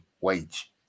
wage